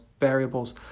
variables